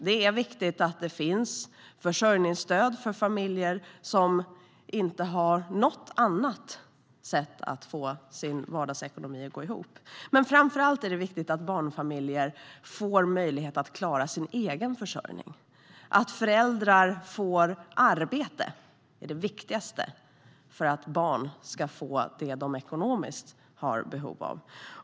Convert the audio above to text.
Det är viktigt att det finns försörjningsstöd för familjer som inte har något annat sätt att få sin vardagsekonomi att gå ihop. Men framför allt är det viktigt att barnfamiljer får möjlighet att klara sin egen försörjning. Att föräldrar får arbete är det viktigaste för att barn ska få det de ekonomiskt har behov av.